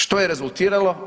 Što je rezultiralo?